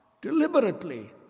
deliberately